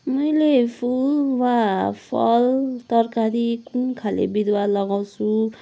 मैले फुल वा फल तरकारी कुन खाले बिरुवा लगाउँछु